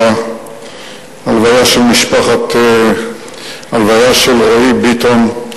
בהלוויה של רועי ביטון,